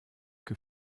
que